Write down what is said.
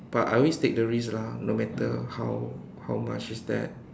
but I always take the risk lah no matter how how much is that